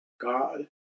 God